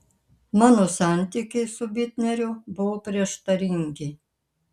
mano santykiai su bitneriu buvo prieštaringi